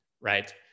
right